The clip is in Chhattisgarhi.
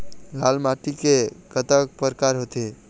लाल माटी के कतक परकार होथे?